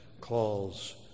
calls